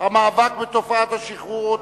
המאבק בתופעת השכרות